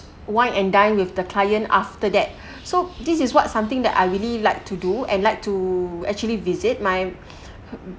wine and dine with the client after that so this is what something that I really like to do and like to actually visit my